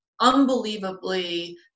unbelievably